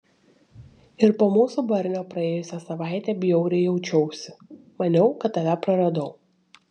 ir po mūsų barnio praėjusią savaitę bjauriai jaučiausi maniau kad tave praradau